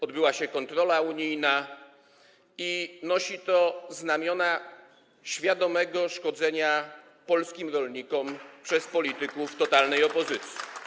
Odbyła się kontrola unijna i nosi to znamiona świadomego szkodzenia polskim rolnikom przez polityków totalnej opozycji.